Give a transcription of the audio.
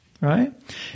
right